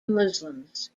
muslims